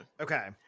Okay